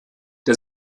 der